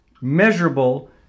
measurable